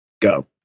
Go